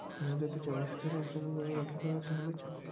ଆମେ ଯଦି ପରିଷ୍କାର ସବୁବେଳେ ରଖିଥିବା ତାହାଲେ